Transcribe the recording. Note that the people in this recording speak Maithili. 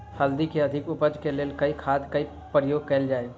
हल्दी केँ अधिक उपज केँ लेल केँ खाद केँ प्रयोग कैल जाय?